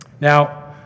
Now